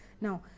Now